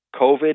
COVID